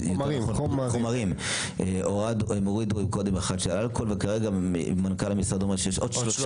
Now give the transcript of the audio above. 7 חומרים הם הורידו אלכוהול וכרגע מנכ"ל המשרד אומר שיש עוד 3